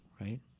right